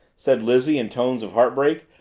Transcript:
said lizzie in tones of heartbreak.